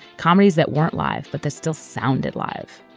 comedies that weren't live, but that still sounded live